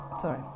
Sorry